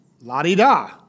la-di-da